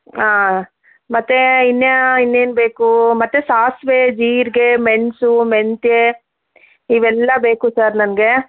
ಹಾಂ ಮತ್ತೆ ಇನ್ನೇ ಇನ್ನೇನು ಬೇಕು ಮತ್ತೆ ಸಾಸಿವೆ ಜೀರಿಗೆ ಮೆಣಸು ಮೆಂತ್ಯೆ ಇವೆಲ್ಲ ಬೇಕು ಸರ್ ನನಗೆ